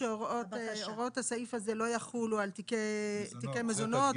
שהוראות הסעיף הזה לא יחולו על תיקי מזונות,